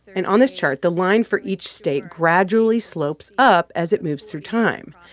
and on this chart, the line for each state gradually slopes up as it moves through time.